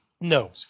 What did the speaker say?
No